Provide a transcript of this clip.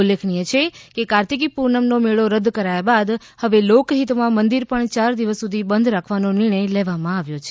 ઉલ્લેખનીય છે કે કાર્તિકી પૂનમનો મેળો રદ કરાયા બાદ હવે લોકહિતમાં મંદિર પણ ચાર દિવસ સુધી બંધ રાખવાનો નિર્ણય લેવામાં આવ્યો છે